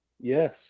Yes